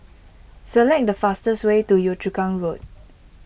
select the fastest way to Yio Chu Kang Road